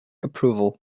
approval